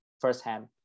firsthand